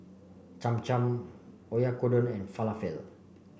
Cham Cham Oyakodon and Falafel